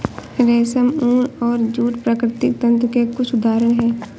रेशम, ऊन और जूट प्राकृतिक तंतु के कुछ उदहारण हैं